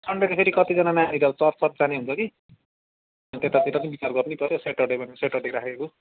Sunday त फेरि कतिजना नानीहरू चर्च सर्च जाने हुन्छ कि त्यतातिर पनि विचार गर्नै पऱ्यो सेटर्डे भनेर सेटर्डे राखेको